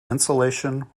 insulation